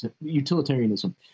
utilitarianism